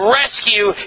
rescue